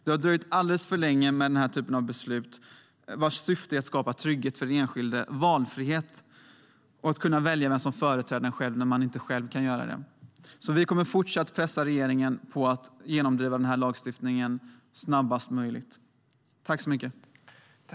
Det har dröjt alldeles för länge med den här typen av beslut, vars syfte är att skapa trygghet och valfrihet för den enskilde när det gäller att kunna välja vem som företräder en när man inte själv kan göra det. Vi kommer fortsatt att pressa regeringen på att genomdriva denna lagstiftning snabbast möjligt.